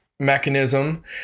mechanism